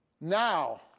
Now